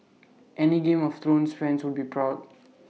any game of thrones fans would be proud